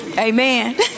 Amen